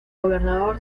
gobernador